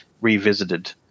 revisited